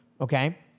okay